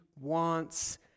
wants